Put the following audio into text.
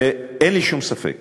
ואין לי שום ספק